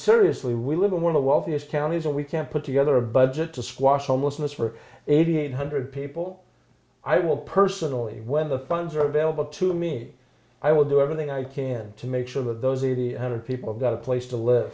seriously we live in one of the wealthiest counties and we can't put together a budget to squash homelessness for eighty eight hundred people i will personally when the funds are available to me i would do everything i can to make sure that those eighty hundred people got a place to live